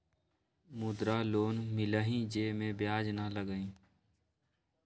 मुद्रा लोन मिलहई जे में ब्याज न लगहई?